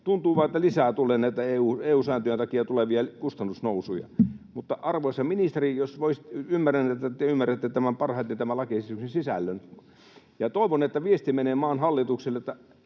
tuntuu vaan, että lisää tulee näitä EU-sääntöjen takia tulevia kustannusnousuja. Mutta, arvoisa ministeri, ymmärrän, että te ymmärrätte parhaiten tämän lakiesityksen sisällön, ja toivon, että viesti menee maan hallitukselle,